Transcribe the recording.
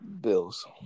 Bills